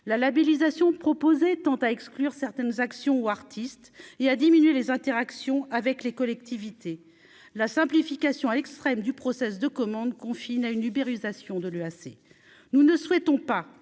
la labellisation proposé tend à exclure certaines actions ou artistes et à diminuer les interactions avec les collectivités, la simplification à l'extrême du process de commandes confine à une uberisation de l'EAC, nous ne souhaitons pas